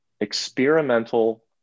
experimental